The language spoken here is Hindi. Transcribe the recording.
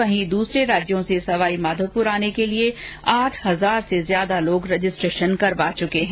वहीं दूसरे राज्यों से सवाईमाधोपुर आने के लिए आठ हजार से ज्यादा लोग रजिस्ट्रेशन करा चुके है